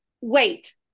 Wait